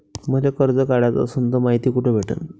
मले कर्ज काढाच असनं तर मायती कुठ भेटनं?